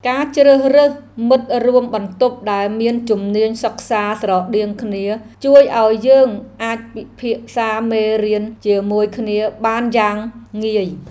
ការជ្រើសរើសមិត្តរួមបន្ទប់ដែលមានជំនាញសិក្សាស្រដៀងគ្នាជួយឱ្យយើងអាចពិភាក្សាមេរៀនជាមួយគ្នាបានយ៉ាងងាយ។